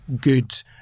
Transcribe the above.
good